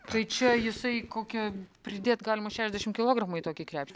tai čia jisai kokia pridėt galima šešiasdešim kilogramų į tokį krepšį